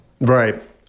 Right